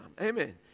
Amen